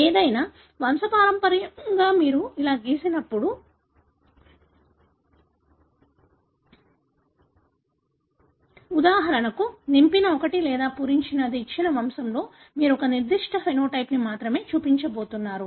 ఏదైనా వంశపారంపర్యంగా మీరు ఇలా గీసినప్పుడు ఉదాహరణకు నింపిన ఒకటి లేదా పూరించనిది ఇచ్చిన వంశంలో మీరు ఒక నిర్దిష్ట సమలక్షణాన్ని మాత్రమే చూపించబోతున్నారు